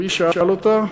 מי שאל אותה?